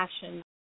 passion